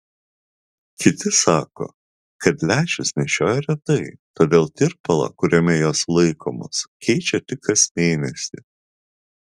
kiti sako kad lęšius nešioja retai todėl tirpalą kuriame jos laikomos keičia tik kas mėnesį